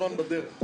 למעט דבר אחד,